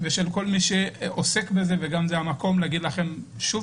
ושל כל מי שעוסק בזה וזה המקום להגיד לכם שוב